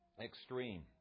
extreme